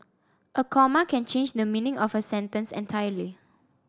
a comma can change the meaning of a sentence entirely